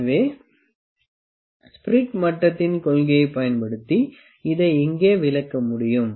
எனவே ஸ்பிரிட் மட்டத்தின் கொள்கையைப் பயன்படுத்தி இதை இங்கே விளக்க முடியும்